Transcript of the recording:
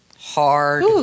hard